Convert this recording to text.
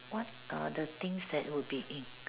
what are the things that will be in